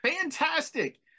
fantastic